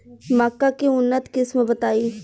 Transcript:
मक्का के उन्नत किस्म बताई?